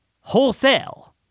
wholesale